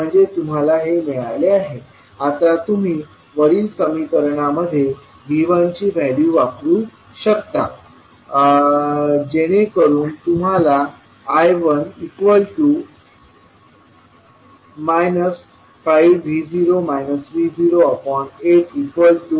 म्हणजे तुम्हाला हे मिळाले आहे आता तुम्ही वरील समीकरणामध्ये V1ची व्हॅल्यू वापरू शकता जेणेकरून तुम्हाला I1 5V0 V08 0